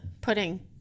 pudding